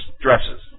dresses